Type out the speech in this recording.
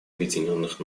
объединенных